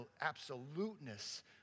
absoluteness